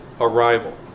arrival